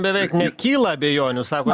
beveik nekyla abejonių sako